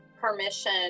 permission